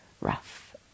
rough